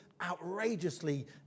outrageously